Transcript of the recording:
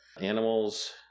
animals